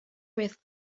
with